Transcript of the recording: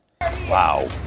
Wow